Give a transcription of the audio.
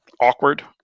awkward